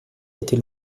était